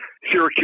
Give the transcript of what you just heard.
Syracuse